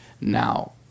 Now